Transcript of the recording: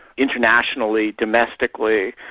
internationally, domestically,